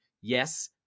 yes